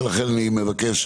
ולכן אני מבקש,